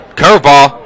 curveball